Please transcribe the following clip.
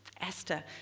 Esther